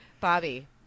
Bobby